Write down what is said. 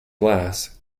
glass